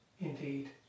indeed